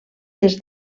des